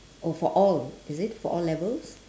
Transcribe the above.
oh for all is it for all levels